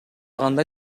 кандай